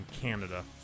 canada